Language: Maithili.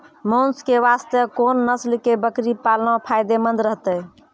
मांस के वास्ते कोंन नस्ल के बकरी पालना फायदे मंद रहतै?